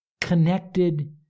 connected